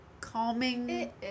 calming